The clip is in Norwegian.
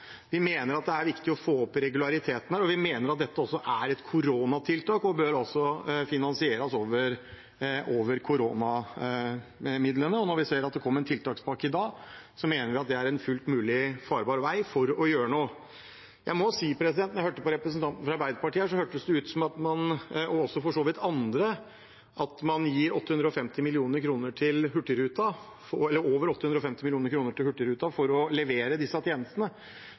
Vi mener at det er viktig å få opp regulariteten her, og vi mener at dette også er et koronatiltak og bør finansieres over koronamidlene. Når vi ser at det kom en tiltakspakke i dag, mener jeg det er en fullt mulig farbar vei for å gjøre noe. Jeg må si at da jeg hørte representanten fra Arbeiderpartiet, og for så vidt også andre, hørtes det ut som om man gir over 850 mill. kr til Hurtigruten for at de skal levere disse tjenestene, men jeg føler nok at